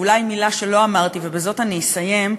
ואולי מילה שלא אמרתי, ובזאת אני אסיים.